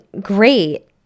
great